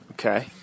Okay